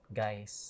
guys